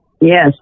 Yes